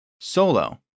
Solo